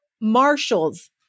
Marshall's